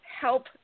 help